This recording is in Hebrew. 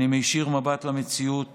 אני מישיר מבט למציאות